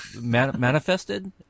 manifested